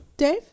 Dave